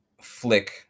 flick